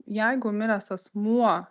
jeigu miręs asmuo